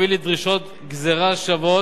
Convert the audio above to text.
תוביל לדרישת לגזירה שווה